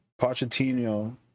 Pochettino